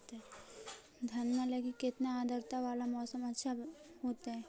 धनमा लगी केतना आद्रता वाला मौसम अच्छा होतई?